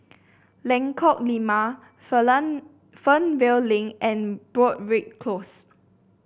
Lengkok Lima Fernvale Link and Broadrick Close